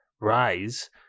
rise